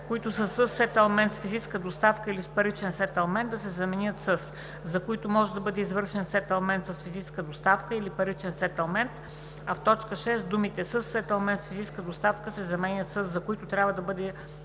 „които са със сетълмент с физическа доставка или с паричен сетълмент” да се заменят със „за които може да бъде извършен сетълмент с физическа доставка или паричен сетълмент;”, а в т. 6 думите „със сетълмент с физическа доставка” да се заменят със „за които трябва да се